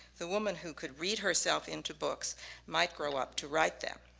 the woman who could read herself into books might grow up to write them.